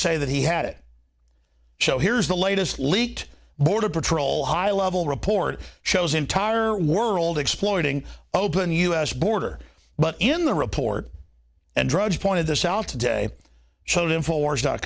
say that he had it so here's the latest leaked border patrol highlevel report shows entire world exploiting open u s border but in the report and drudge pointed this out today showed in force dot